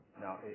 now